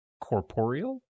corporeal